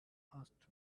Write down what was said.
asked